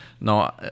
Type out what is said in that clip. No